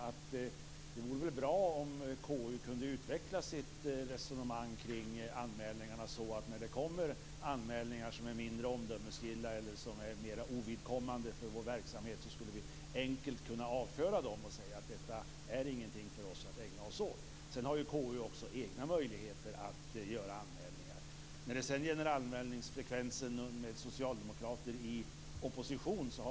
Det vore väl bra om KU kunde utveckla sitt resonemang kring anmälningarna, så att när det kommer in mindre omdömesgilla eller ovidkommande anmälningar kan de enkelt avföras. Sedan har KU egna möjligheter att göra anmälningar. Jag har ingen uppfattning om omfattningen på anmälningsfrekvensen hos socialdemokraterna i opposition.